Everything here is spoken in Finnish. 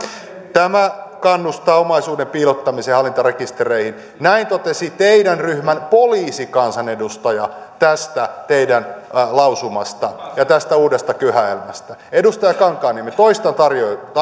tämä kannustaa omaisuuden piilottamiseen hallintarekistereihin näin totesi teidän ryhmänne poliisikansanedustaja tästä teidän lausumastanne ja tästä uudesta kyhäelmästä edustaja kankaanniemi toistan tarjouksen